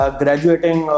graduating